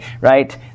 right